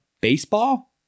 baseball